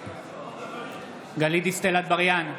גלית דיסטל אטבריאן,